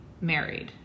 married